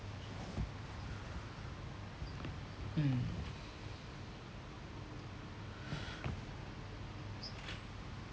mm